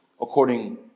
according